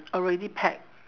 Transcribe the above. already packed